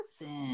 Listen